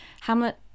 Hamlet